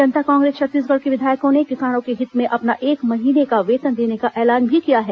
जनता कांग्रेस छत्तीसगढ के विधायकों ने किसानों के हित में अपना एक महीने का वेतन देने का ऐलान भी किया है